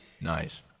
Nice